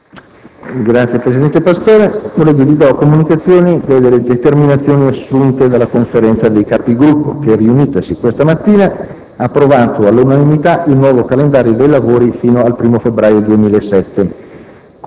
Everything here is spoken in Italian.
una nuova finestra"). Do comunicazione delle determinazioni assunte dalla Conferenza dei Capigruppo che, riunitasi questa mattina, ha approvato all'unanimità il nuovo calendario dei lavori fino al 1° febbraio 2007.